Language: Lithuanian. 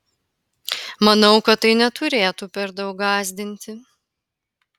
manau kad tai neturėtų per daug gąsdinti